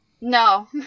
No